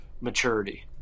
Maturity